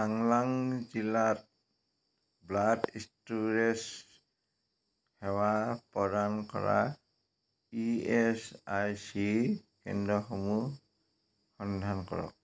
চাংলাং জিলাত blood storage সেৱা প্ৰদান কৰা ই এছ আই চি কেন্দ্ৰসমূহ সন্ধান কৰক